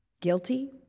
Guilty